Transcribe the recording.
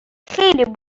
خیلی